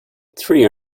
three